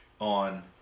on